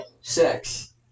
sex